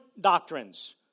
doctrines